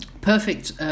perfect